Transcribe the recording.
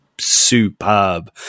superb